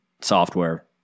software